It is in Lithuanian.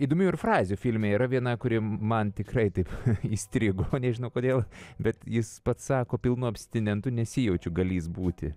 įdomių ir frazių filme yra viena kuri man tikrai taip įstrigo nežinau kodėl bet jis pats sako pilnu abstinentu nesijaučiu galys būti